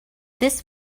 this